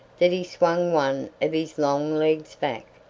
that he swung one of his long legs back,